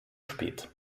spät